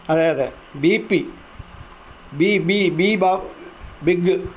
അതെ അതെ B P B B B big